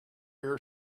your